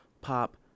pop